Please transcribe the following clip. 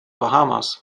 bahamas